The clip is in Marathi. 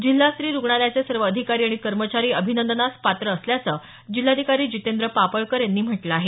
जिल्हा स्त्री रुग्णालयाचे सर्व अधिकारी आणि कर्मचारी अभिनंदनास पात्र असल्याचं जिल्हाधिकारी जितेंद्र पापळकर यांनी म्हटलं आहे